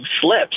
slips